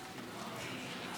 רבה.